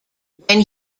when